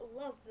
love